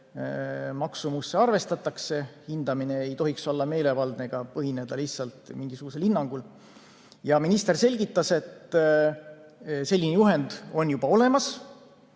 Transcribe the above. tegevuste maksumusse arvestatakse, hindamine ei tohiks olla meelevaldne ega põhineda lihtsalt mingisugusel hinnangul. Minister selgitas, et selline juhend on juba olemas,